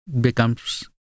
becomes